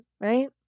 right